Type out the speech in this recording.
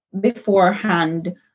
beforehand